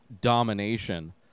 domination